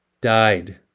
died